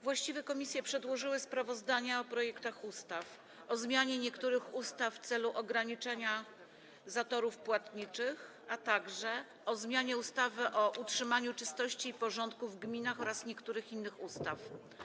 Właściwe komisje przedłożyły sprawozdania o projektach ustaw: o zmianie niektórych ustaw w celu ograniczenia zatorów płatniczych, a także o zmianie ustawy o utrzymaniu czystości i porządku w gminach oraz niektórych innych ustaw.